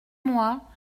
mois